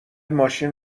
ماشین